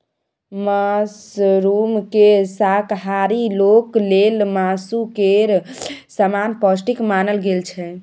मशरूमकेँ शाकाहारी लोक लेल मासु केर समान पौष्टिक मानल गेल छै